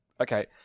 Okay